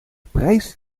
prijs